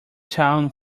town